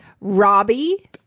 Robbie